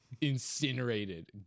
Incinerated